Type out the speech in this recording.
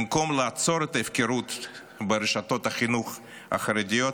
במקום לעצור את ההפקרות ברשתות החינוך החרדיות,